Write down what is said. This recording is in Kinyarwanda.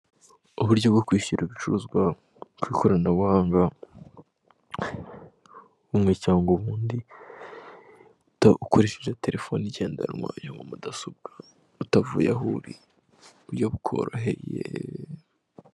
Uburyo bwo kwishyura ibicuruzwa ku ikoranabuhanga, bumwe cyangwa ubundi, ukoresheje telefoni igendanwa irimo mu mudasobwa utavuye aho uri, uburyo bukoroheye.